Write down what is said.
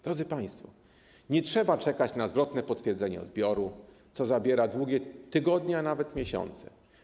Drodzy państwo, nie trzeba czekać na zwrotne potwierdzenie odbioru, co zabiera długie tygodnie, a nawet miesiące.